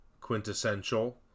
quintessential